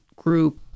group